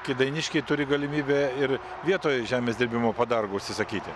kėdainiškiai turi galimybę ir vietoj žemės dirbimo padargų užsisakyti